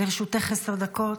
לרשותך עשר דקות.